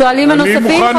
השואלים הנוספים?